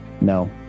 no